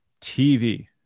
TV